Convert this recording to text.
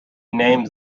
names